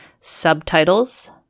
subtitles